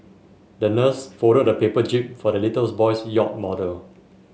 the nurse folded a paper jib for the little boy's yacht model